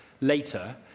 later